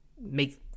make